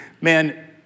man